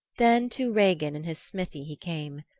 then to regin in his smithy he came.